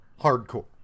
Hardcore